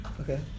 Okay